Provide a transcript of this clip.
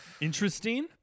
Interesting